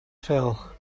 fell